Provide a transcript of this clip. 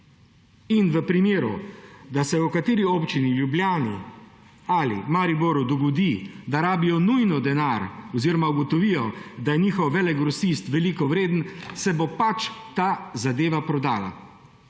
In v primeru, da se v kateri občini v Ljubljani ali Mariboru dogodi, da rabijo nujno denar, oziroma ugotovijo, da je njihov velegrosist veliko vreden, se bo pač ta zadeva prodala.